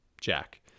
jack